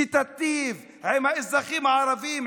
שתיטיב עם האזרחים הערבים,